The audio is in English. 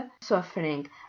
suffering